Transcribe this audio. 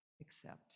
accept